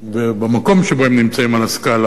ובמקום שבו הם נמצאים על הסקאלה,